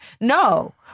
No